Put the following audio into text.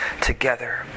together